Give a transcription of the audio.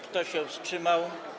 Kto się wstrzymał?